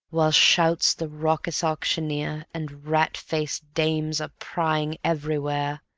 while shouts the raucous auctioneer, and rat-faced dames are prying everywhere,